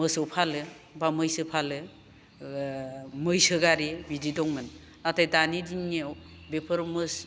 मोसौ फालो बा मैसो फालो ओ मैसो गारि बिदि दंमोन नाथाय दानि दिननियाव बेफोर